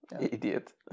Idiot